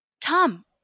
Tom